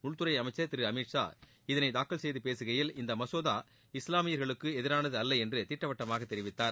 உள்துறை அமைச்சர் திரு அமித் ஷா இதளை தாக்கல் செய்து பேசுகையில் இந்த மசோதா இஸ்லாமியர்களுக்கு எதிரானது அல்ல என்று திட்டவட்டமாக தெரிவித்தார்